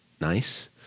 nice